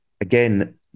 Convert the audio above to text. again